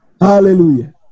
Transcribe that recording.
Hallelujah